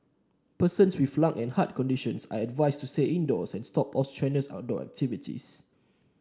persons with lung and heart conditions are advised to stay indoors and stop all strenuous outdoor activities